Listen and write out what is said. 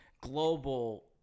global